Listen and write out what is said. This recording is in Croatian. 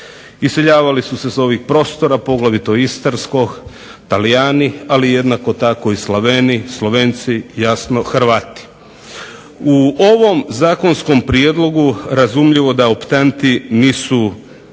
Iseljavali su se sa ovih prostora poglavito istarskog Talijani, ali jednako tako i Slaveni, Slovenci, jasno Hrvati. U ovom zakonskom prijedlogu razumljivo da optanti nisu ja